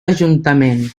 ajuntament